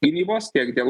gynybos tiek dėl